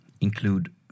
include